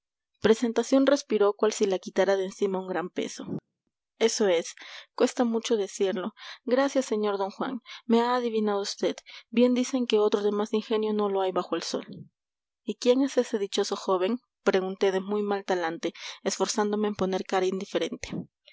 presentación respiró cual si la quitaran de encima un gran peso eso es cuesta mucho decirlo gracias sr d juan me ha adivinado usted bien dicen que otro de más ingenio no lo hay bajo el sol y quién es ese dichoso joven pregunté de muy mal talante esforzándome en poner cara indiferente